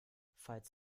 falls